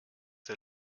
der